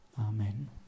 Amen